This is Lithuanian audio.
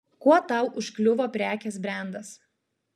kuo tau užkliuvo prekės brendas